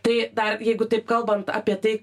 tai dar jeigu taip kalbant apie tai